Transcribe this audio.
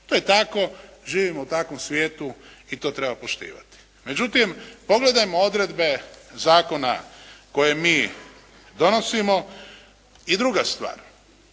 To je tako, živimo u takvom svijetu i to treba poštivati. Međutim, pogledajmo odredbe zakona koje mi donosimo. I druga stvar,